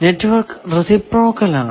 network reciprocal ആണ്